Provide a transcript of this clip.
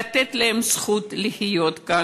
לתת להם זכות לחיות כאן.